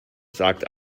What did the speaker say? sagt